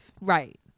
Right